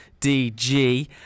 DG